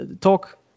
talk